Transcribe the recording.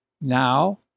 Now